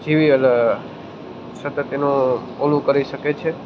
જીવયલ સતત એનું પેલું કરી શકે છે